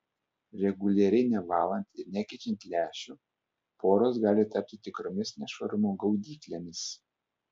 reguliariai nevalant ir nekeičiant lęšių poros gali tapti tikromis nešvarumų gaudyklėmis